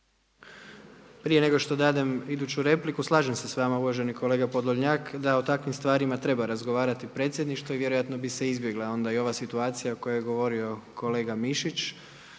Prije nego što dadem iduću repliku slažem se s vama uvaženi kolega Podolnjak da o takvim stvarima treba razgovarati predsjedništvo i vjerojatno bi se izbjegla onda i ova situacija o kojoj je govorio kolega Mišić.